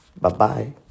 Bye-bye